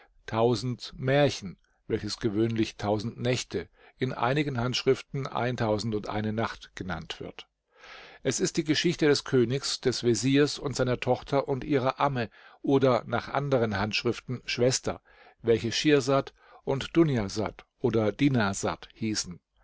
tausend märchen welches gewöhnlich tausend nächte in einigen handschriften nacht genannt wird es ist die geschichte des königs des veziers und seiner tochter und ihrer amme oder nach anderen handschriften schwester welche schirsad und dunjasad oder dinarsad hießen